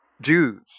Jews